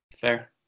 Fair